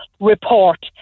report